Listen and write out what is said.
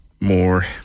more